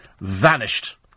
vanished